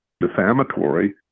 defamatory